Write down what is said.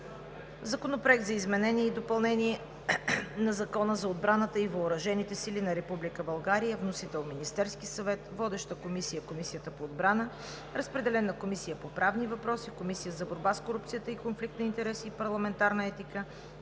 Законопроект за изменение и допълнение на Закона за отбраната и въоръжените сили на Република България, вносител е Министерският съвет. Водеща е Комисията по отбраната, разпределен е на Комисията по правни въпроси, Комисията за борба с корупцията, конфликт на интереси и парламентарна етика,